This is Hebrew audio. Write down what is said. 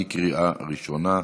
בקריאה ראשונה.